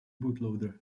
bootloader